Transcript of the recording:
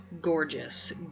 gorgeous